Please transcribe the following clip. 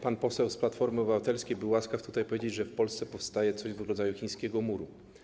Pan poseł z Platformy Obywatelskiej był łaskaw powiedzieć, że w Polsce powstaje coś w rodzaju chińskiego muru.